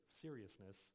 seriousness